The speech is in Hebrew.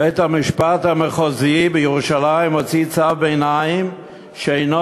בית-המשפט המחוזי בירושלים הוציא צו ביניים שאינו